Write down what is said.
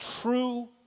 true